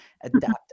adapt